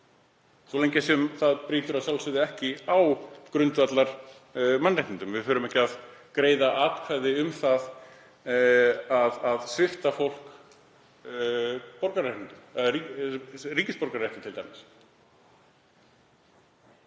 svo lengi sem það brýtur að sjálfsögðu ekki á grundvallarmannréttindum. Við förum ekki að greiða atkvæði um það að svipta fólk borgararéttindum, t.d.